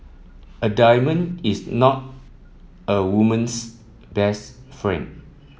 a diamond is not a woman's best friend